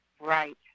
Right